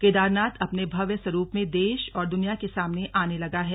केदारनाथ अपने भव्य स्वरूप में देश और दुनिया के सामने आने लगा है